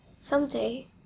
someday